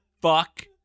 fuck